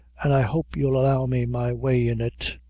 an' i hope you'll allow me my way in it.